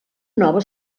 nova